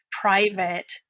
private